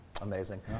amazing